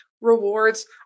rewards